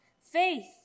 faith